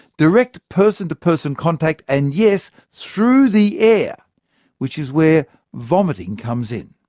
direct person-to-person contact, and yes, through the air which is where vomiting comes in.